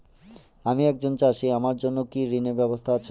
আমি একজন চাষী আমার জন্য কি ঋণের ব্যবস্থা আছে?